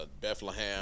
Bethlehem